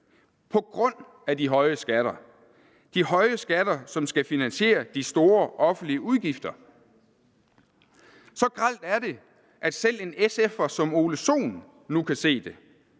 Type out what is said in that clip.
på grund af de høje skatter, de høje skatter, skal som skal finansiere de store offentlige udgifter. Så grelt er det, at selv en SF'er som hr. Ole Sohn nu kan se det.